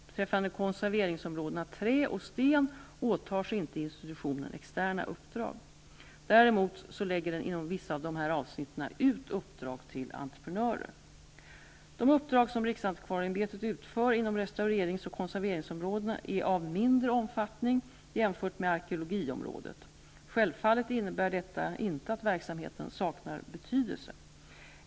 Beträffande konserveringsområdena trä och sten åtar sig institutionen inte externa uppdrag. Däremot lägger den inom dessa avsnitt ut uppdrag till entreprenörer. De uppdrag som riksantikvarieämbetet utför inom restaurerings och konserveringsområdena är av mindre omfattning jämfört med arkeologiområdet. Självfallet innebär detta inte att verksamheten saknar betydelse.